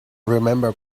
remember